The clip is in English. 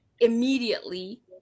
immediately